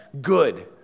good